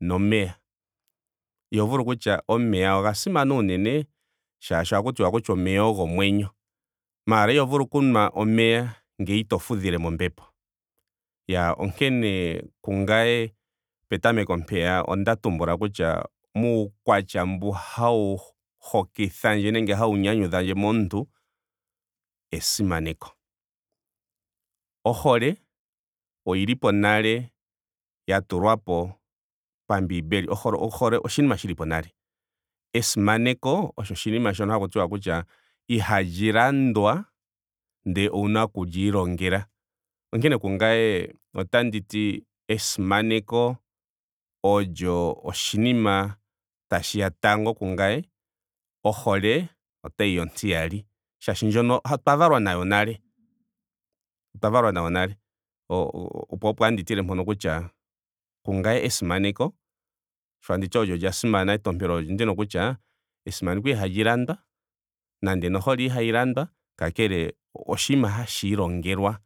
nomeya. Iho vulu kutya omeya oga simana unene shaashi ohaku tiwa kutya omeya ogo omwenyo. Maara iho vulu okunwa omeya ngele ito fudhilemo ombepo. Iyaa onkene kungame petameko mpeya onda tumbula kutya muukwatya mbu hawu hokithandje nenge hawu nyanyudhandje momuntu esimaneko. Ohole oyilipo nale ya tulwapo pambiimbeli. Ohole ohole oshinima shilipo nale. Esimaneko olyo oshinima shoka haku tiwa ihali landwa. Ndele owuna iku li ilongela. Onkene kungame otanditi esimaneko olyo oshinima tashiya tango kungame. ohole otayiya ontiyali. Molwaashoka ndjoka otwwa valwa nayo nale. Otwa valwa nayo nale. Oo- o po opo tandi tile mpono kutya kungame esimaneko sho tanditi olyo lya simana etompelo oondika kutya esimaneko ihali landwa. nando nohole ihayi landwa. kakele oshinima hashiilongelwa.